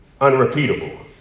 unrepeatable